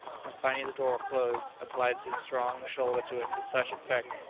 and finding the door closed, applied his strong shoulder to it with such effect,